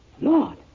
Lord